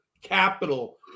capital